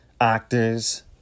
actors